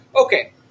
Okay